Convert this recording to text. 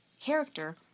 character